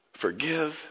forgive